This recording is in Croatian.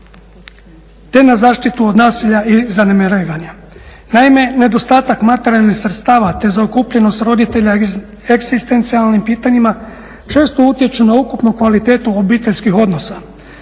te na zaštitu od nasilja i zanemarivanja. Naime, nedostatak materijalnih sredstava, te zaokupljenost roditelja egzistencijalnim pitanjima često utječu na ukupnu kvalitetu obiteljskih odnosa,